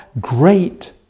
great